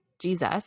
Jesus